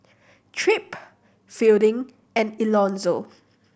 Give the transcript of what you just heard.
Tripp Fielding and Elonzo